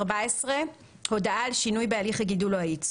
הודעה על שינוי בהליך14.